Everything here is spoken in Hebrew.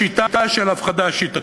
בשיטה של הפחדה שיטתית.